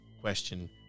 question